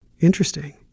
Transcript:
Interesting